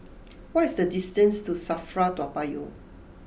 what is the distance to Safra Toa Payoh